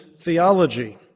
theology